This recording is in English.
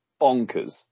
bonkers